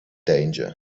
danger